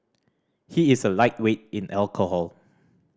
he is a lightweight in alcohol